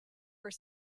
were